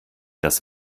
das